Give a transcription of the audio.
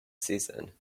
season